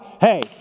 hey